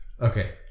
Okay